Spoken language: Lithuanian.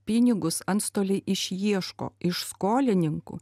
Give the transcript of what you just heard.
pinigus antstoliai išieško iš skolininkų